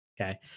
okay